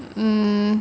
mm